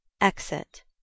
exit